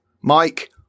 Mike